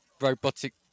robotic